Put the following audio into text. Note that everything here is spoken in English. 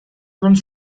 runs